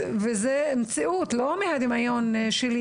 וזו המציאות לא מהדמיון האישי שלי,